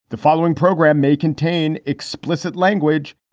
the following program may contain explicit language